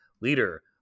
leader